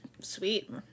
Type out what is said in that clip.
sweet